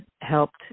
helped